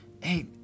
hey